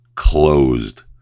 Closed